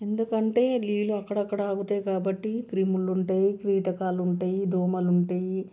ఎందుకంటే నీళ్ళు అక్కడక్కడ ఆగుతాయి కాబట్టి క్రిములు ఉంటాయి కీటికాలు ఉంటాయి దోమలు ఉంటాయి